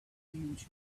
huge